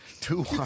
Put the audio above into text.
Two